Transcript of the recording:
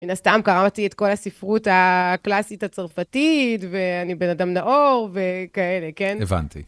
מן הסתם קראתי את כל הספרות הקלאסית הצרפתית ואני בן אדם נאור וכאלה, כן? הבנתי.